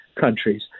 countries